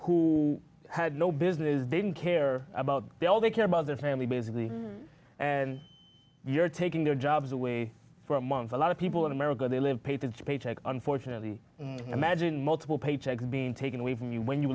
who had no business didn't care about the all they care about their family basically and you're taking their jobs away for a month a lot of people in america they live paycheck to paycheck unfortunately imagine multiple paychecks being taken away from you when you